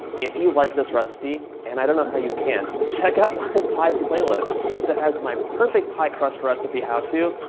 if you like this recipe and i don't know how you can't, check out my and playlist that has my perfect pie crust recipe how to.